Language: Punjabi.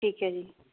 ਠੀਕ ਹੈ ਜੀ